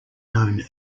known